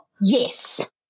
Yes